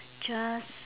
just